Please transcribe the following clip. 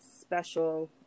special